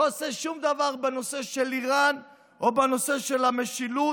לא עושה שום דבר בנושא של איראן או בנושא של המשילות,